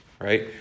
right